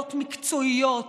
יכולות מקצועיות,